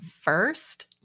first